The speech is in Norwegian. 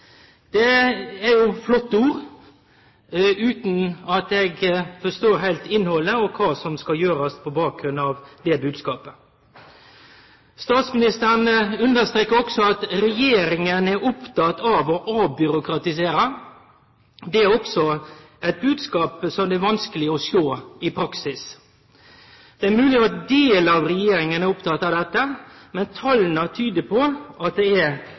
Det er jo flotte ord utan at eg heilt forstår innhaldet og kva som skal gjerast på bakgrunn av den bodskapen. Statsministeren understreka òg at regjeringa er oppteken av å avbyråkratisere. Det er òg ein bodskap som det er vanskeleg å sjå i praksis. Det er mogeleg at ein del av regjeringa er oppteken av dette, men tala tyder på at det er